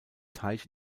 teich